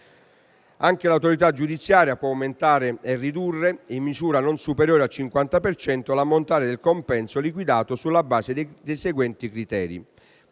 Anche l'autorità giudiziaria può aumentare o ridurre - in misura non superiore al 50 per cento - l'ammontare del compenso liquidato sulla base dei seguenti criteri: